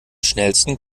schnellsten